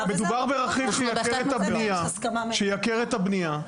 מדובר ברכיב שרק ייקר את הבנייה,